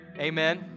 Amen